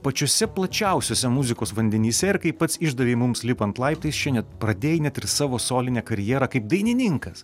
pačiuose plačiausiuose muzikos vandenyse ir kaip pats išdavei mums lipant laiptais čia net pradėjai net ir savo solinę karjerą kaip dainininkas